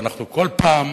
ואנחנו כל פעם